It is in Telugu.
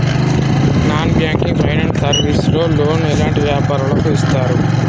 నాన్ బ్యాంకింగ్ ఫైనాన్స్ సర్వీస్ లో లోన్ ఎలాంటి వ్యాపారులకు ఇస్తరు?